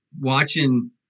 watching –